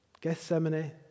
Gethsemane